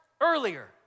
earlier